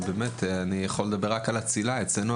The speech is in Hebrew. אני יכול לדבר רק על הצלילה אצלנו,